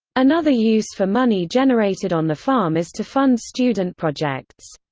another use for money generated on the farm is to fund student projects.